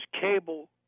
cable